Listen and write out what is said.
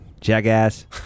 jackass